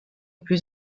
plus